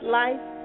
life